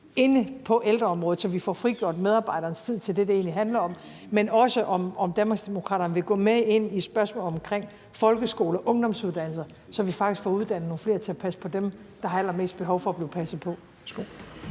på ældreområdet, så vi får frigjort medarbejdernes tid til det, det egentlig handler om, men også om Danmarksdemokraterne vil gå med ind i spørgsmålet omkring folkeskole, ungdomsuddannelser, så vi faktisk får uddannet nogle flere til at passe på dem, der har allermest behov for at blive passet på. Kl.